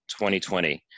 2020